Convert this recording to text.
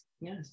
yes